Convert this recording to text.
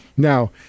Now